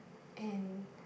and